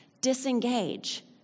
disengage